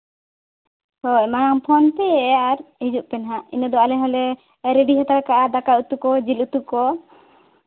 ᱦᱳᱭ ᱢᱟᱲᱟᱝ ᱯᱷᱳᱱ ᱯᱮ ᱟᱨ ᱦᱤᱡᱩᱜ ᱯᱮ ᱱᱟᱦᱟᱜ ᱤᱱᱟᱹ ᱫᱚ ᱟᱞᱮ ᱦᱚᱸᱞᱮ ᱨᱮᱰᱤ ᱦᱟᱛᱟᱲ ᱠᱟᱜᱼᱟ ᱫᱟᱠᱟᱼᱩᱛᱩ ᱠᱚ ᱡᱤᱞ ᱩᱛᱩ ᱠᱚ